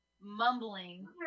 mumbling